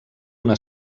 una